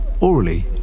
orally